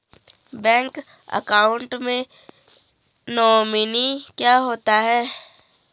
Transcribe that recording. Bank account में nominee क्या होता है?